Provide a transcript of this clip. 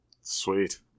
Sweet